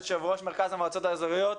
יושב ראש מרכז המועצות האזוריות,